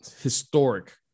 historic